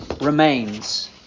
remains